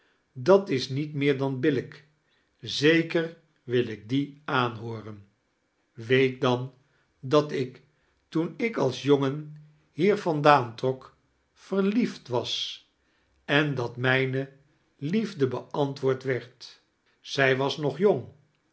dat is niet meer dan billijk zeker wil ik die aanhooren weet dan dat ik toen ik als jongen hier vandaan trok verliefd was en dat mijne ljefde beantwoord werd zij was nog jong